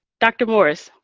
dr. morris,